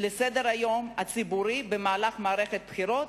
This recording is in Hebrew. לסדר-היום הציבורי במהלך מערכת בחירות,